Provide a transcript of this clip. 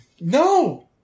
No